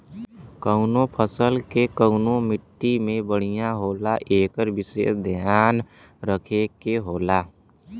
कउनो फसल के कउने मट्टी में बढ़िया होला एकर विसेस धियान रखे के होला